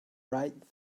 right